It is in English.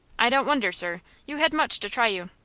i don't wonder, sir. you had much to try you.